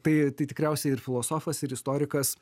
tai tai tikriausiai ir filosofas ir istorikas